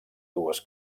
dues